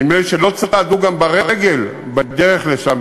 גם נדמה לי שלא צעדו ברגל בדרך לשם,